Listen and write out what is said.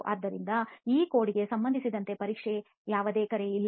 ಆದ್ದರಿಂದ ಈ ಕೋಡ್ಗೆ ಸಂಬಂಧಿಸಿದಂತೆ ಪರೀಕ್ಷೆಗೆ ಯಾವುದೇ ಕರೆ ಇಲ್ಲ